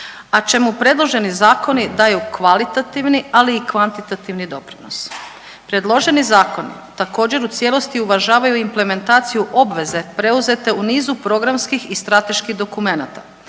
a čemu predloženi zakoni daju kvalitativni ali i kvantitativni doprinos. Predloženi zakon također u cijelosti uvažavaju implementaciju obveze preuzete u niz programskih i strateških dokumenata.